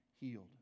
healed